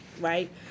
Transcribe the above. right